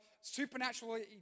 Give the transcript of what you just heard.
supernaturally